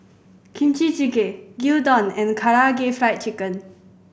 Kimchi Jjigae Gyudon and Karaage Fried Chicken